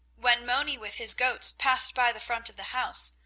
when moni with his goats passed by the front of the house,